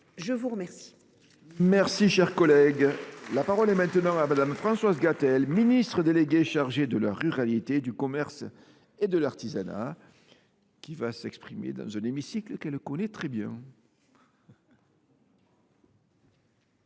je vous remercie